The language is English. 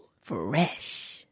Fresh